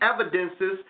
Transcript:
evidences